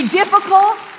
difficult